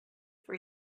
for